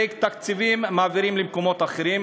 ואת התקציבים מעבירים למקומות אחרים.